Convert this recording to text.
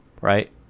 right